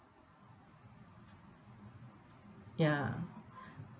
ya